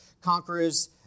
conquerors